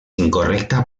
incorrecta